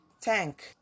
tank